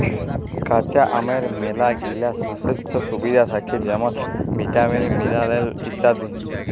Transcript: কাঁচা আমের ম্যালাগিলা স্বাইস্থ্য সুবিধা থ্যাকে যেমল ভিটামিল, মিলারেল ইত্যাদি